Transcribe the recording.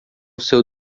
seu